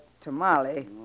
tamale